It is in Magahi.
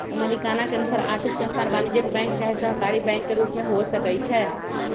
मलिकाना के अनुसार आर्थिक संस्थान वाणिज्यिक बैंक चाहे सहकारी बैंक के रूप में हो सकइ छै